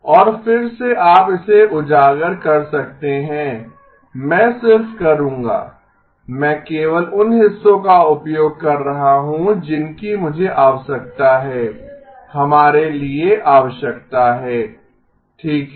और फिर से आप इसे उजागर कर सकते हैं मैं सिर्फ करूँगा मैं केवल उन हिस्सों का उपयोग कर रहा हूं जिनकी मुझे आवश्यकता है हमारे लिए आवश्यकता है ठीक है